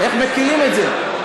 בוא, איך מקלים את זה.